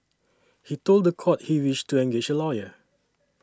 he told the court he wished to engage a lawyer